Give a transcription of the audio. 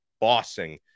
bossing